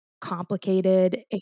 complicated